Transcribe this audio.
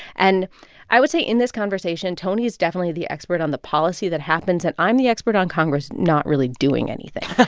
and i would say in this conversation, tony is definitely the expert on the policy that happens. and i'm the expert on congress not really doing anything. and.